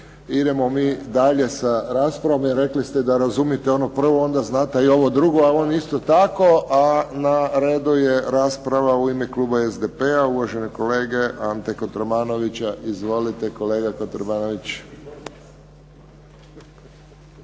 Idemo mi dalje sa raspravom. Rekli ste da razumijete ono prvo, onda znate i ovo drugo a on isto tako. A na redu je rasprava u ime kluba SDP-a uvaženog kolege Ante Kotromanovića. Izvolite kolega. **Kotromanović,